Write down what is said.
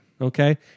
okay